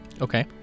Okay